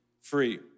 free